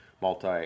multi